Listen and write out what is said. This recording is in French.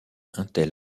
intel